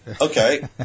Okay